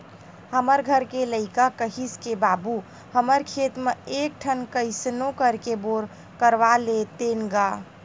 हमर घर के लइका किहिस के बाबू हमर खेत म एक ठन कइसनो करके बोर करवा लेतेन गा